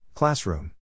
Classroom